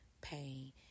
pain